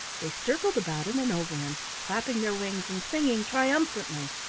they circled about him and over him, clapping their wings and singing triumphantly.